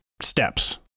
steps